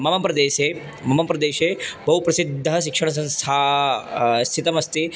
मम प्रदेशे मम प्रदेशे बहु प्रसिद्धा शिक्षणसंस्था स्थितास्ति